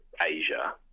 Asia